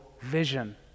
vision